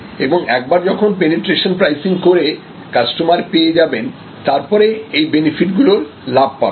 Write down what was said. এবং একবার যখন পেনেট্রেশন প্রাইসিং করে কাস্টমার পেয়ে যাবেন তারপরে এই বেনিফিট গুলোর লাভ পাবেন